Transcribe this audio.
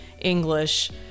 English